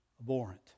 abhorrent